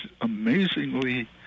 amazingly